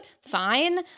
fine